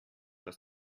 dass